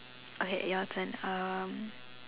okay your turn um